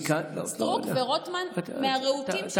סטרוק ורוטמן, מהרהוטים במשכן הזה.